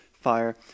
fire